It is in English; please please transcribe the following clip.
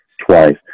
twice